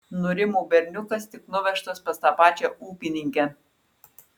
nurimo berniukas tik nuvežtas pas tą pačią ūkininkę